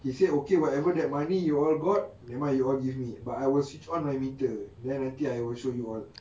he said okay whatever that money you all got nevermind you all give me but I will switch on my meter and nanti I will show you all